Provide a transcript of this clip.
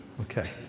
Okay